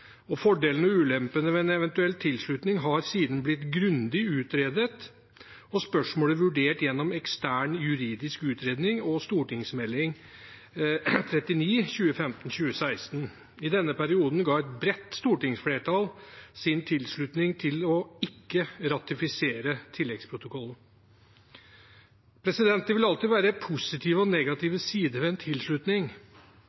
2012. Fordelene og ulempene ved en eventuell tilslutning har siden blitt grundig utredet. Spørsmålet ble vurdert gjennom en ekstern juridisk utredning og Meld. St. 39 for 2015–2016. I denne perioden ga et bredt stortingsflertall sin tilslutning til å ikke ratifisere tilleggsprotokollen. Det vil alltid være positive og